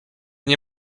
nie